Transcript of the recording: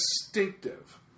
distinctive